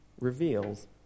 reveals